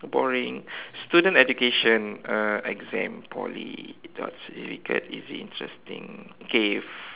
boring student education uh exam Poly it gets easy interesting okay